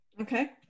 okay